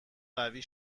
قوی